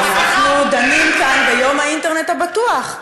אנחנו דנים כאן ביום האינטרנט הבטוח,